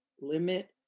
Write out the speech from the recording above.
limit